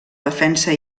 defensa